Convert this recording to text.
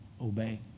obey